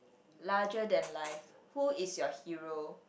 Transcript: larger than life who is your hero